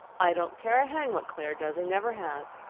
i don't care a hang what clare does i never have.